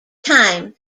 time